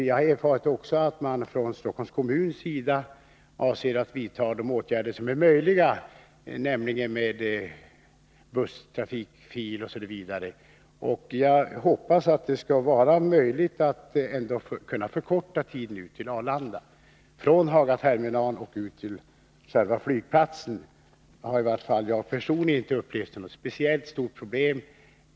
Jag har vidare erfarit att man från Stockholms kommuns sida avser att vidta de åtgärder som är möjliga — nämligen när det gäller busstrafikfil OSV. Jag hoppas att det ändå skall vara möjligt att förkorta restiden ut till Arlanda. Restiden från Hagaterminalen och ut till själva flygplatsen har i varje fall jag personligen inte upplevt som något speciellt stort problem.